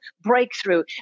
breakthrough